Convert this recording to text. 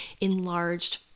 enlarged